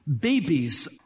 Babies